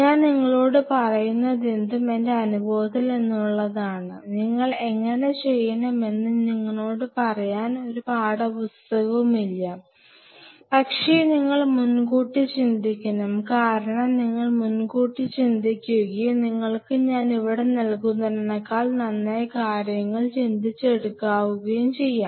ഞാൻ നിങ്ങളോട് പറയുന്നതെന്തും എന്റെ അനുഭവത്തിൽ നിന്നുള്ളതാണ് നിങ്ങൾ എങ്ങനെ ചെയ്യണമെന്ന് നിങ്ങളോട് പറയാൻ പോകുന്ന ഒരു പാഠപുസ്തകവുമില്ല പക്ഷേ നിങ്ങൾ മുൻകൂട്ടി ചിന്തിക്കണം കാരണം നിങ്ങൾ മുൻകൂട്ടി ചിന്തിക്കുകയും നിങ്ങൾക്ക് ഞാൻ ഇവിടെ നൽകുന്നതിനേക്കാൾ നന്നായി കാര്യങ്ങൾ ചിന്തിച്ചെടുക്കാനാവുകയും ചെയ്യും